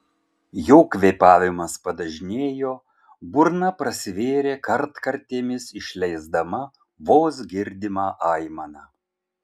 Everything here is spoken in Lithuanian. jo kvėpavimas padažnėjo burna prasivėrė kartkartėmis išleisdama vos girdimą aimaną